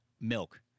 milk